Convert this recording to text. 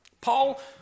Paul